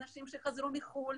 כמו אנשים שחזרו מחו"ל,